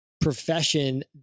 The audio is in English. profession